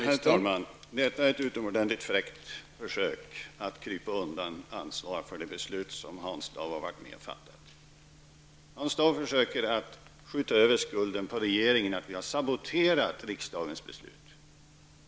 Herr talman! Detta är ett utomordentligt fräckt försök att krypa undan ansvaret för det beslut som Hans Dau har varit med om att fatta. Hans Dau försöker skjuta över skulden på regeringen. Han påstår att vi har saboterat riksdagens beslut.